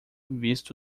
visto